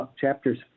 chapters